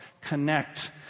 connect